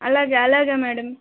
అలాగే అలాగే మేడం